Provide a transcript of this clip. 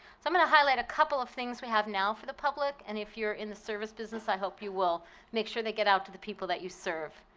so i'm going to highlight a couple of things we have now for the public. and if you're in the service business, i hope you will make sure to get out to the people that you serve.